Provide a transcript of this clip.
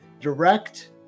direct